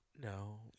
no